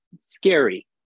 scary